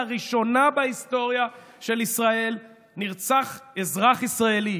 לראשונה בהיסטוריה של ישראל נרצח אזרח ישראלי,